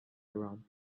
around